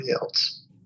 else